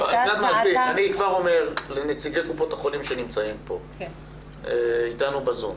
אני כבר אומר לנציגי קופות החולים שנמצאים פה איתנו בזום,